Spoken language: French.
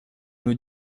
nous